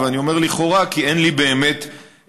ואני אומר לכאורה כי אין לי באמת סמכויות